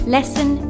Lesson